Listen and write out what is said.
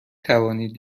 توانید